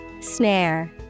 Snare